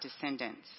descendants